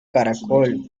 caracol